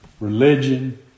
religion